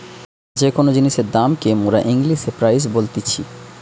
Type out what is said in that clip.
যে কোন জিনিসের দাম কে মোরা ইংলিশে প্রাইস বলতিছি